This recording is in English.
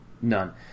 None